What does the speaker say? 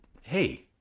hey